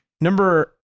Number